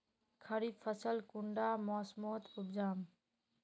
खरीफ फसल कुंडा मोसमोत उपजाम?